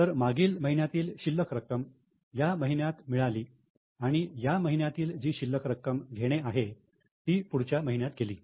तर मागील महिन्यातील शिल्लक रक्कम ह्या महिन्यात मिळाली आणि ह्या महिन्यातील जी शिल्लक रक्कम घेणे आहे ती पुढच्या महिन्यात गेली